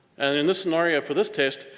and in this scenario for this test,